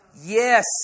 Yes